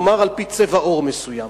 נאמר על-פי צבע עור מסוים?